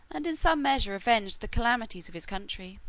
and in some measure avenged the calamities of his country.